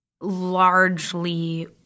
largely